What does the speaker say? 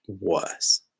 worse